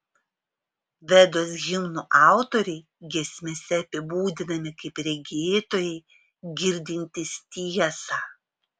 vedos himnų autoriai giesmėse apibūdinami kaip regėtojai girdintys tiesą